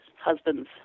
husband's